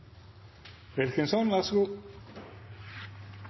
loven, vær så